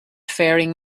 faring